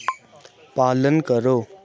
पालन करो